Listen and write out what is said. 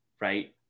Right